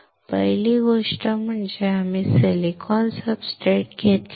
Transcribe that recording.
पहिली गोष्ट म्हणजे आम्ही सिलिकॉन सब्सट्रेट घेतला आहे